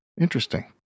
interesting